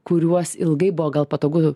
kuriuos ilgai buvo gal patogu